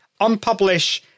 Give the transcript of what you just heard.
unpublish